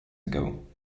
ago